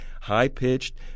high-pitched